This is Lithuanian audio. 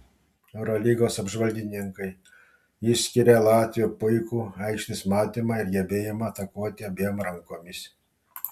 eurolygos apžvalgininkai išskiria latvio puikų aikštės matymą ir gebėjimą atakuoti abiem rankomis